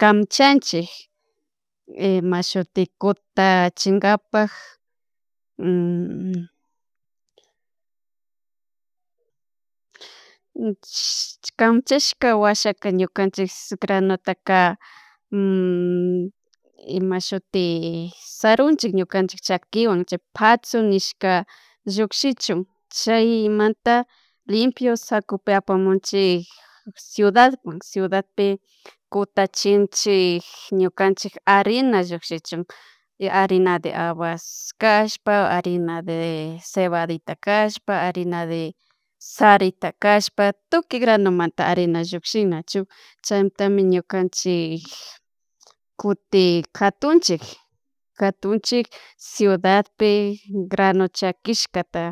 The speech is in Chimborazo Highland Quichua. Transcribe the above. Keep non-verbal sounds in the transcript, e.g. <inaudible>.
kamchanchik imashuti kutachinkapak <hesitation> canchashka washaka ñukanchik granutaka <hesitation> imashuti sarunchik ñukanchik chakiwan chay paszo nishka llukshichun chaymanta limpio sacupi apamunchik ciudadman ciudadpi kutachunchik ñucanchik harina llukshichun y harina de habas kashpa, harina de cebadita kashpa, harina de sarita kashpa, tukuy granumanta harina llukshin nachu chaymantami ñukanchik kuti katunchik katunchik ciudadpi granu chakishkata